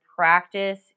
practice